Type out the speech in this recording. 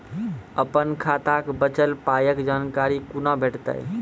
अपन खाताक बचल पायक जानकारी कूना भेटतै?